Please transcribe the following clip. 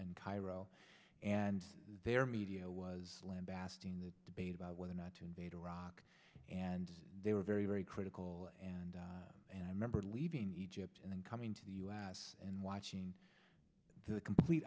cairo and their media was lambasted in the debate about whether or not to invade iraq and they were very very critical and and i remember leaving egypt and then coming to the u s and watching the complete